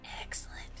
Excellent